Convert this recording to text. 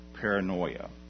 Paranoia